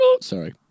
Sorry